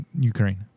Ukraine